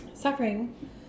suffering